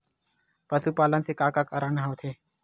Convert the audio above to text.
पशुपालन से का का कारण होथे?